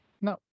No